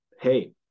hey